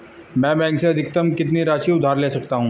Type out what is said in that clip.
मैं बैंक से अधिकतम कितनी राशि उधार ले सकता हूँ?